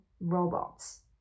robots